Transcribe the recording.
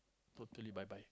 totally bye bye